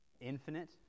infinite